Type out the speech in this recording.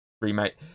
remake